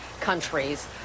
countries